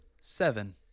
seven